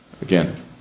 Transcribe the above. again